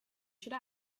should